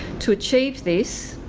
to achieve this